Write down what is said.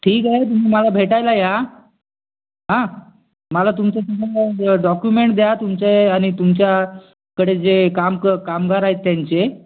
ठीक आहे तुम्ही मला भेटायला या हा मला तुमचं डॉकुमेंट द्या तुमचे आणि तुमच्याकडे जे काम कं कामगार आहेत त्यांचे